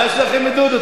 מה יש לכם מדודו?